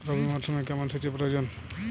রবি মরশুমে কেমন সেচের প্রয়োজন?